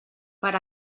per